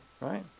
right